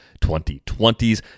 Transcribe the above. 2020s